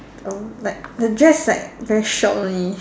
um like the dress like very short only